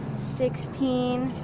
sixteen,